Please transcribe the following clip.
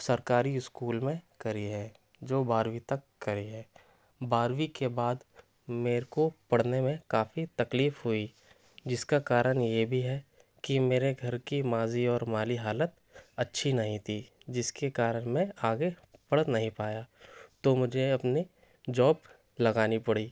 سرکاری اسکول میں کری ہے جو بارہویں تک کری ہے بارہویں کے بعد میرے کو پڑھنے میں کافی تکلیف ہوئی جس کا کارن یہ بھی ہے کہ میرے گھر کی ماضی اور مالی حالت اچھی نہیں تھی جس کے کارن میں آگے پڑھ نہیں پایا تو مجھے اپنی جاب لگانی پڑی